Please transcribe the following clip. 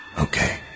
Okay